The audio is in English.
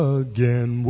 again